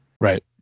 Right